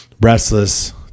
Restless